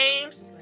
games